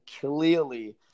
clearly